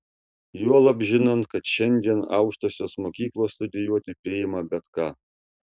juolab žinant kad šiandien aukštosios mokyklos studijuoti priima bet ką